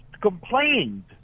complained